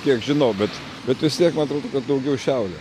kiek žinau bet bet vis tiek man atrodo kad daugiau šiaurė